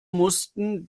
mussten